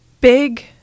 big